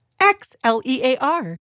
X-L-E-A-R